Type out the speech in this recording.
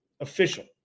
official